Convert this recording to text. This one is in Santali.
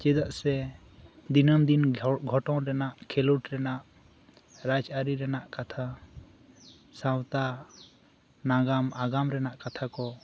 ᱪᱮᱫᱟᱜ ᱥᱮ ᱫᱤᱱᱟᱹᱢ ᱫᱤᱱ ᱜᱷᱚᱴᱚᱱ ᱨᱮᱭᱟᱜ ᱠᱷᱮᱞᱳᱴ ᱨᱮᱭᱟᱜ ᱨᱟᱡᱽᱟᱹᱨᱤ ᱨᱮᱭᱟᱜ ᱠᱟᱛᱷᱟ ᱥᱟᱶᱛᱟ ᱱᱟᱜᱟᱢ ᱟᱜᱟᱢ ᱨᱮᱭᱟᱜ ᱠᱟᱛᱷᱟ ᱠᱚ